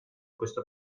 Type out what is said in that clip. questo